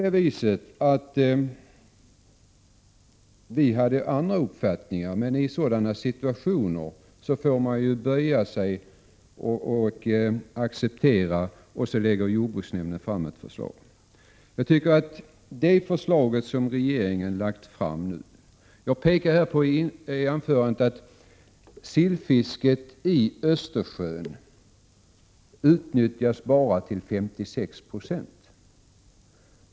Vi hade andra uppfattningar, men i sådana situationer får man ju böja sig och acceptera, och så lägger jordbruksnämnden fram ett förslag. Jag pekade i mitt huvudanförande på att sillfisket i Östersjön utnyttjas till bara 56 90.